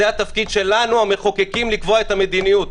זה התפקיד שלנו המחוקקים לקבוע את המדיניות,